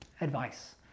advice